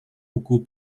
buku